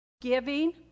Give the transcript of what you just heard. giving